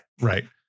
right